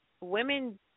women